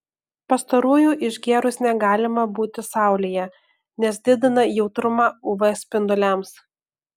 pastarųjų išgėrus negalima būti saulėje nes didina jautrumą uv spinduliams